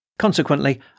Consequently